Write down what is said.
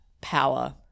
power